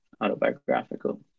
autobiographical